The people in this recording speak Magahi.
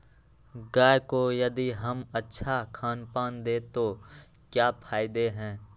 गाय को यदि हम अच्छा खानपान दें तो क्या फायदे हैं?